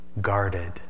guarded